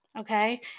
okay